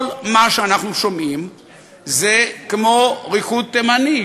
כל מה שאנחנו שומעים זה כמו ריקוד תימני,